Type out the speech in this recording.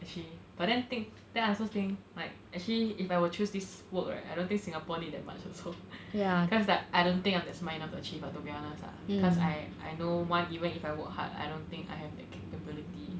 actually but then think then I also think like actually if I were to choose this work right I don't think singapore need that much also cause like I don't think I'm that smart enough to achieve lah to be honest lah cause I I know [one] even if I work hard I don't think I have the capability